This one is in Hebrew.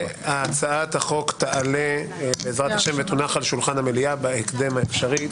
והצעת החוק תעלה בעזרת השם ותונח על שולחן המליאה בהקדם האפשרי.